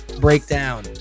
breakdown